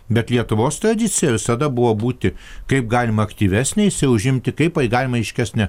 bet lietuvos tradicija visada buvo būti kaip galima aktyvesniais ir užimti kaipai galima aiškesnę